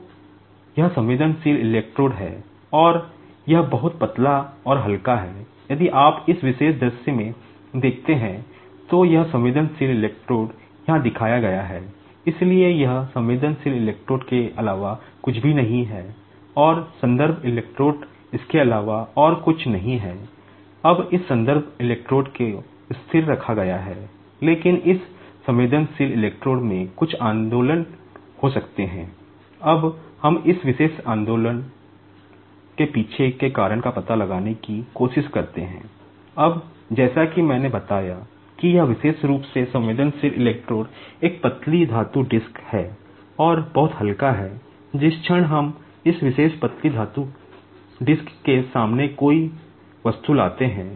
तो यह sensitive electrode एक पतली धातु डिस्क है और बहुत हल्का है जिस क्षण हम इस विशेष पतली धातु डिस्क के सामने कोई वस्तु लाते हैं